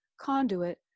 conduit